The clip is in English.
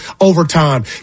overtime